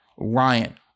Ryan